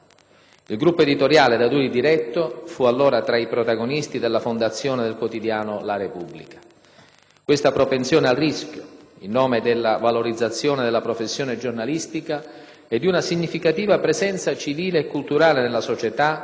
Il gruppo editoriale da lui diretto fu allora tra i protagonisti della fondazione del quotidiano «la Repubblica». Questa propensione al rischio, in nome della valorizzazione della professione giornalistica e di una significativa presenza civile e culturale nella società,